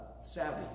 savvy